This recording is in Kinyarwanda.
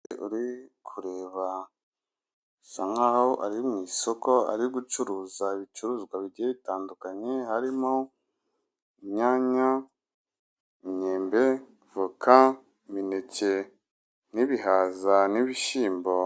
Uri kureba bisa nk'aho ari mu isoko ari gucuruza ibicuruzwa bigiye bitandukanye, harimo inyanya, imyembe, voka, imineke n'ibihaza n'ibishyimbo.